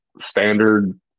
standard